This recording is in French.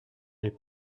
les